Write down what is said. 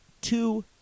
two